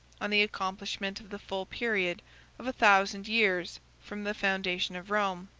on the accomplishment of the full period of a thousand years from the foundation of rome.